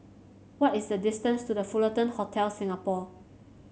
what is the distance to The Fullerton Hotel Singapore